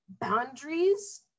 boundaries